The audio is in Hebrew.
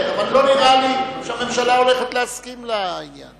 אני לא מניח שמישהו מלבד פרנסי ההתנחלויות